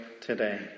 today